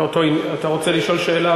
במקום שזה יגזול זמן,